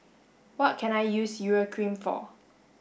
what can I use Urea cream for